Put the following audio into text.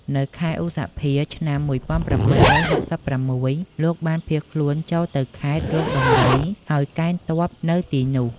នៅខែឧសភា ឆ្នាំ ១៨៦៦ លោកបានភៀសខ្លួនចូលទៅខេត្តរោងដំរី ហើយកេណ្ឌទ័ពនៅទីនោះ។